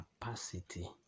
capacity